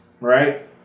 right